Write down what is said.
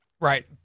Right